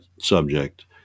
subject